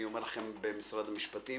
אני אומר לכם במשרד המשפטים